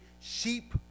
sheep